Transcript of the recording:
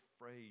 afraid